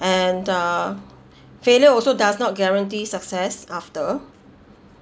and the failure also does not guarantee success after